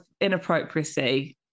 inappropriacy